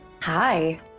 Hi